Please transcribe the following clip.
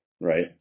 right